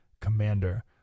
commander